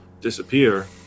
disappear